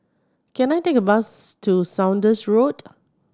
can I take a bus to Saunders Road